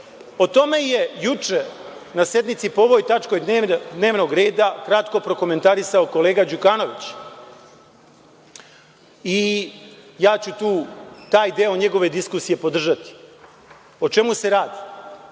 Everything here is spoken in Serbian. O tome je juče na sednici po ovoj tački dnevnog reda kratko prokomentarisao kolega Đukanović i ja ću taj deo njegove diskusije podržati.O čemu se radi?